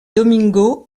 domingo